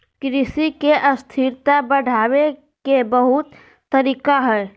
कृषि के स्थिरता बढ़ावे के बहुत तरीका हइ